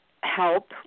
help